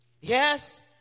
Yes